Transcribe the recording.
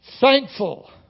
Thankful